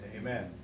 Amen